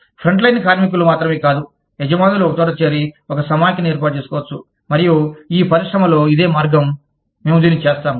frontline కార్మికులు మాత్రమే కాదు యజమానులు ఒకచోట చేరి ఒక సమాఖ్యను ఏర్పాటు చేసుకోవచ్చు మరియు ఈ పరిశ్రమలో ఇదే మార్గం మేము దీన్ని చేస్తాము